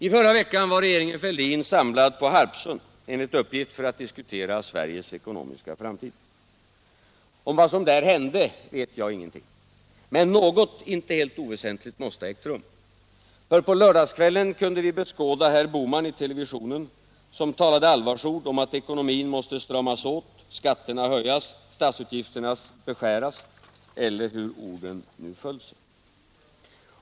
I förra veckan var regeringen Fälldin samlad på Harpsund, enligt uppgift för att diskutera Sveriges ekonomiska framtid. Om vad som där hände vet jag ingenting. Men något inte helt oväsentligt måste ha ägt rum. För på lördagskvällen kunde vi beskåda herr Bohman i televisionen, som talade allvarsord om att ekonomin måste stramas åt, skatterna höjas, statsutgifterna beskäras, eller hur orden nu föll sig.